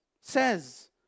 says